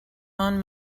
own